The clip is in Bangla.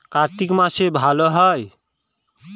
কার্তিক মাসে ভালো হয়?